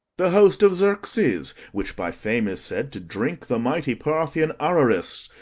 the host of xerxes, which by fame is said to drink the mighty parthian araris,